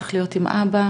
צריך להיות עם אבא,